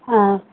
ꯑꯥ